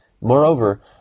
Moreover